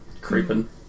Creeping